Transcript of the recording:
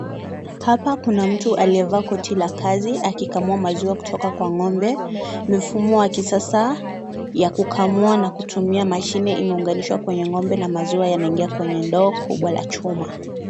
Hapa kuna mtu aliyevaa koti la kazi akikamua maziwa kutoka kwa ng'ombe. Mfumo wa kisasa ya kukamua na kutumia mashine imeungansihwa kwenye ng'ombe na maziwa yanaingia kwenye ndoo kubwa la chuma.